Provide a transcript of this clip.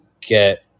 Get